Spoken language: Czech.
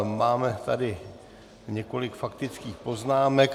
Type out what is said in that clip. Máme tady několik faktických poznámek.